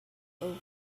over